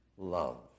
Love